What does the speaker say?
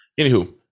Anywho